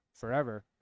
forever